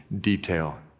detail